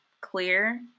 clear